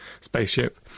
spaceship